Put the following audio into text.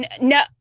No